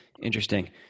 Interesting